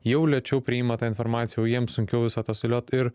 jau lėčiau priima tą informaciją jau jiem sunkiau visą tą sudėliot ir